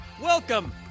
Welcome